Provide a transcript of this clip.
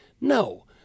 No